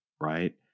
right